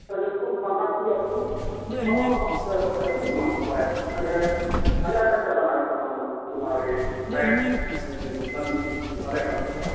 ᱛᱟᱦᱚᱞᱮ ᱡᱚᱛᱚᱜᱮ ᱦᱩᱭᱩᱜᱼᱟ ᱯᱷᱤᱨᱛᱮ ᱟᱪᱪᱷᱟ ᱟᱪᱪᱷᱟ ᱟᱹᱰᱤ ᱱᱟᱯᱟᱭ ᱛᱟᱦᱚᱞᱮ ᱟᱞᱮᱞᱮ ᱪᱟᱞᱟᱜᱼᱟ ᱱᱤᱛᱚᱜ ᱫᱚ ᱚᱱᱟᱨᱮᱜᱮ ᱵᱟᱞᱮ ᱠᱚᱥᱴᱚᱜᱼᱟ